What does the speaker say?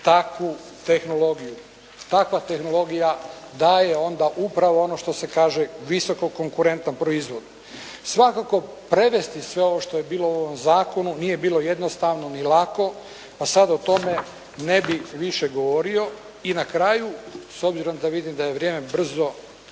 Takva tehnologija daje upravo ono što se kaže visoko konkurentan proizvod. Svakako prevesti sve ovo što je bilo u ovom zakonu, nije bilo jednostavno ni lako, pa sad o tome ne bih više govorio. I na kraju, s obzirom da vidim da je vrijeme brzo